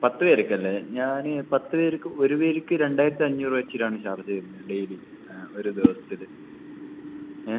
പത്ത് പേർക്കല്ലേ ഞാൻ പത്ത് പേർക്ക് ഒരു പേർക്ക് രണ്ടായിരത്തഞ്ഞൂറ് വെച്ചിട്ടാണ് ചാർജ് വരുന്നത് ഡെയിലി ഒരു ദിവസത്തിൽ ഏ